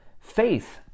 faith